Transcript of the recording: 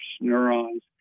neurons